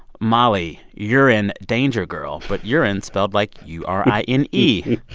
molly, urine danger, girl, but urine spelled like u r i n e,